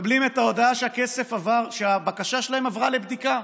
מקבלים את ההודעה שהבקשה שלהם עברה לבדיקה.